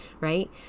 right